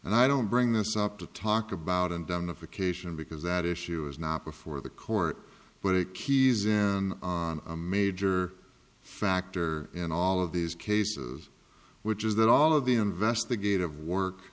and i don't bring this up to talk about indemnification because that issue is not before the court but it keys in on a major factor in all of these cases which is that all of the investigative work